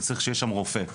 צריך שיהיה שם רופא.